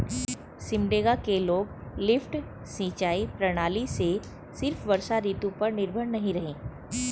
सिमडेगा के लोग लिफ्ट सिंचाई प्रणाली से सिर्फ वर्षा ऋतु पर निर्भर नहीं रहे